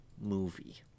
movie